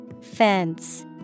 Fence